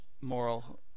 moral